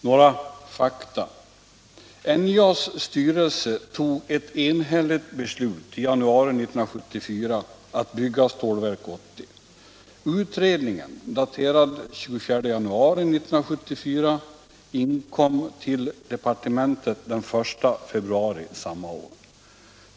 Några fakta: NJA:s styrelse tog ett enhälligt beslut i januari 1974 att bygga Stålverk 80. Utredningen, daterad den 24 januari 1974, inkom till departementet den 1 februari samma år.